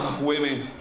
women